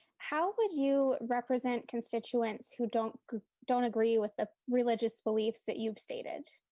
how would you represent constituents who don't don't agree with the religious beliefs that you've stated?